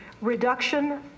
reduction